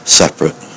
separate